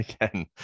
again